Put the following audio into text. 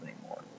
anymore